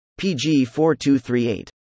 PG4238